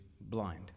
blind